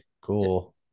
cool